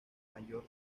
mayor